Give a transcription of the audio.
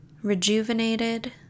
rejuvenated